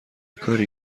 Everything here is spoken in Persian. کاری